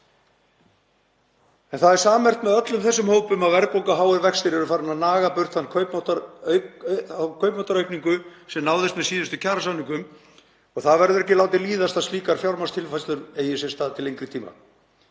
Það er sammerkt með öllum þessum hópum að verðbólga og háir vextir eru farin að naga burt þá kaupmáttaraukningu sem náðist í síðustu kjarasamningum og það verður ekki látið líðast að slíkar fjármagnstilfærslur eigi sér stað til lengri tíma.